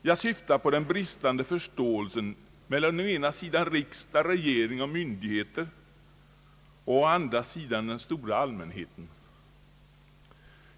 Jag syftar på den bristande förståelsen mellan å ena sidan riksdag, regering och myndigheter och å andra sidan den stora allmänheten.